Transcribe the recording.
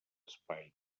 espai